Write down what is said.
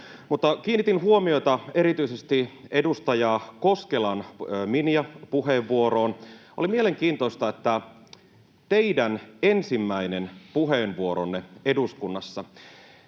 Kiinnitin huomiota erityisesti edustaja Koskelan, Minja, puheenvuoroon. Oli mielenkiintoista, mikä oli teidän ensimmäisen puheenvuoronne sisältö eduskunnassa: